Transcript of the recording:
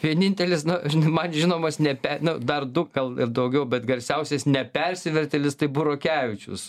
vienintelis na žinai man žinomas nepe dar du gal ir daugiau bet garsiausias nepersivertėlis tai burokevičius